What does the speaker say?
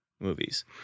Movies